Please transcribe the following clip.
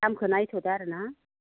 दामखौ नायथ'दो आरो ना